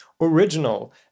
original